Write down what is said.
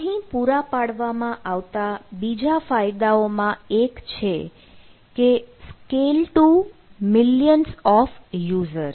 અહીં પૂરા પાડવામાં આવતાં બીજા ફાયદાઓ માં એક છે કે scale to millions of users